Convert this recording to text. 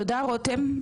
תודה, רותם.